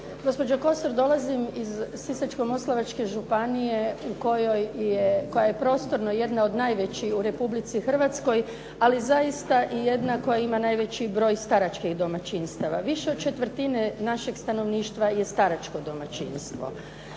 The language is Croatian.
Gospođo Kosor, dolazim iz Sisačko-moslavačke županije koja je prostorno jedna od najvećih u Republici Hrvatskoj ali zaista i jedna koja ima najveći broj staračkih domaćinstava. Više od četvrtine našeg stanovništva je staračko domaćinstvo.